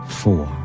four